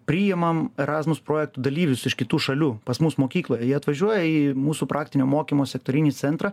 priimam erasmus projektų dalyvius iš kitų šalių pas mus mokykloje jie atvažiuoja į mūsų praktinio mokymosi aktorinį centrą